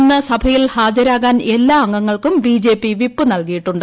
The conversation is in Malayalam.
ഇന്ന് സഭയിൽ ഹാജരാകാൻ എല്ലാ അംഗങ്ങൾക്കും ബിജെപി വിപ്പ് നൽകിയിട്ടുണ്ട്